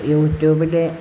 യൂറ്റൂബിലെ